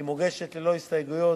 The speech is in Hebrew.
היא מוגשת ללא הסתייגויות,